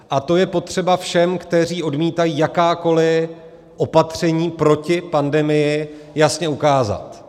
A to je potřeba všem, kteří odmítají jakákoli opatření proti pandemii, jasně ukázat.